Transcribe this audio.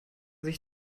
sich